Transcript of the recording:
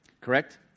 Correct